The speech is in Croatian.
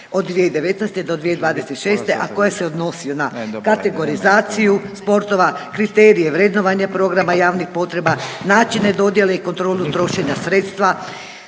od 2019. do 2026. a koje se odnose na kategorizaciju sportova, kriterije vrednovanja programa javnih potreba, načine dodjele i kontrolu trošenja sredstva,